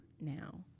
now